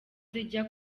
zijya